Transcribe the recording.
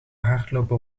hardloper